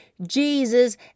Jesus